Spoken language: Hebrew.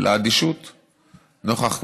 ולאדישות נוכח,